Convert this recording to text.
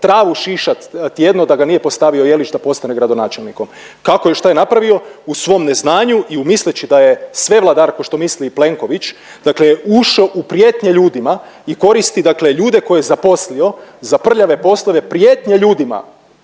travu šišati tjedno da ga nije postavio Jelić da postane gradonačelnikom. Kako i šta je napravio? U svom neznanju i misleći da je svevladar kao što misli i Plenković, dakle ušao je u prijetnje ljudima i koristi, dakle ljude koje je zaposlio za prljave poslove prijetnje ljudima,